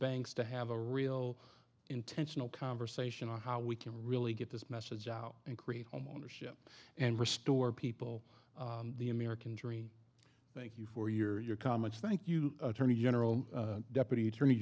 banks to have a real intentional conversation on how we can really get this message out and create homeownership and restore people the american dream thank you for your comments thank you attorney general deputy attorney